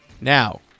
Now